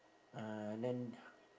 uh and then